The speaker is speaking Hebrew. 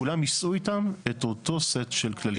כולם ניסו איתן את אותו סט של כללים.